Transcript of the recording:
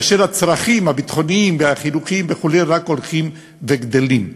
כאשר הצרכים הביטחוניים והחינוכיים וכו' רק הולכים וגדלים.